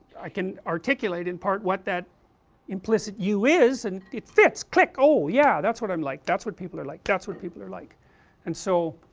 i can articulate in part what that implicit you is and it fits, click, oh yeah that's what i am like, that's what people are like, that's what people are like and so,